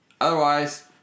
Otherwise